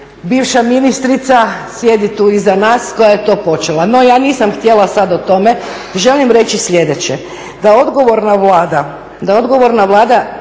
bivša ministrica, sjedi tu iza nas koja je to počela. No ja nisam htjela sada o tome, želim reći sljedeće da odgovorna Vlada